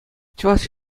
чӑваш